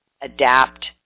adapt